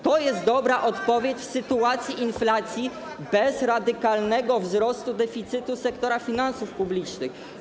To jest dobra odpowiedź w sytuacji inflacji bez radykalnego wzrostu deficytu sektora finansów publicznych.